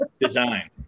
design